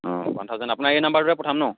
অঁ one thousand আপোনাৰ এই নাম্বাৰটোতে পঠাম নহ্